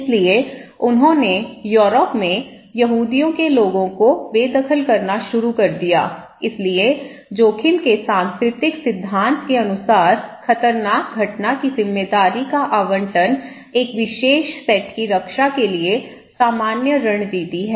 इसलिए उन्होंने यूरोप में यहूदियों के लोगों को बेदखल करना शुरू कर दिया इसलिए जोखिम के सांस्कृतिक सिद्धांत के अनुसार खतरनाक घटना की जिम्मेदारी का आवंटन एक विशेष सेट की रक्षा के लिए सामान्य रणनीति है